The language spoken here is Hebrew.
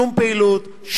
שום פעילות,